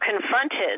confronted